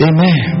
Amen